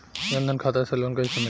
जन धन खाता से लोन कैसे मिली?